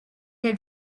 had